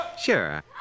Sure